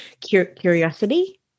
curiosity